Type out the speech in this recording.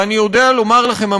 ואני יודע לומר לכם,